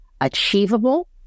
achievable